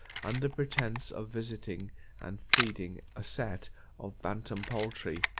under pretence of visiting and feeding a set of bantam-poultry,